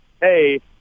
hey